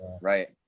right